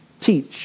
teach